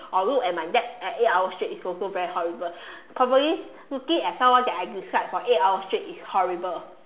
or look at my dad at eight hours straight is also very horrible probably looking at someone that I dislike for eight hours straight is horrible